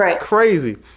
crazy